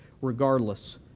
regardless